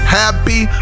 happy